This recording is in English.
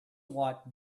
watt